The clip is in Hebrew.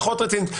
פחות רצינית.